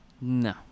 No